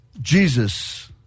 Jesus